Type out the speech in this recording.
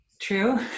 true